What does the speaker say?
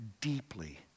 deeply